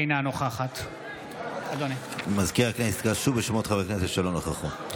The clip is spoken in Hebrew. אינה נוכחת מזכיר הכנסת יקרא שוב בשמות חברי הכנסת שלא נכחו.